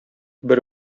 бер